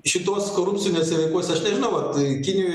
šitos korupciniuose veikose aš nežinau vat kinijoj